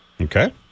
Okay